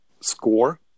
score